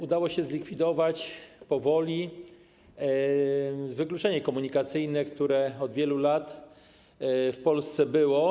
Udało się zlikwidować powoli wykluczenie komunikacyjne, które od wielu lat w Polsce było.